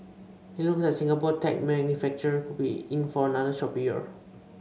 it looks like Singapore tech manufacturer could be in for another choppy year